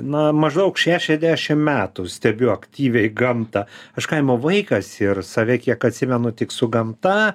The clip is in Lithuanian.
na maždaug šešiasdešim metų stebiu aktyviai gamtą aš kaimo vaikas ir save kiek atsimenu tik su gamta